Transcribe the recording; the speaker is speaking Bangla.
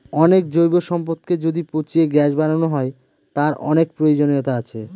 অনেক জৈব সম্পদকে যদি পচিয়ে গ্যাস বানানো হয়, তার অনেক প্রয়োজনীয়তা আছে